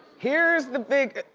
here's the big,